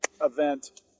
event